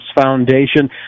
foundation